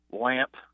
lamp